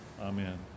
Amen